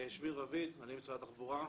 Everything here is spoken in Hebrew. משרד התחבורה.